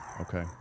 okay